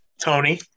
Tony